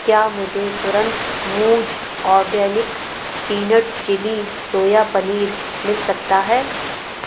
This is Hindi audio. क्या मुझे तुरंत मूज organic peanut chilli soya paneer मिल सकता है